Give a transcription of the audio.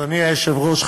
אדוני היושב-ראש,